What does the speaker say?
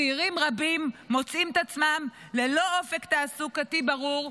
צעירים רבים מוצאים את עצמם ללא אופק תעסוקתי ברור,